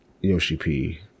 Yoshi-P